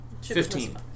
fifteen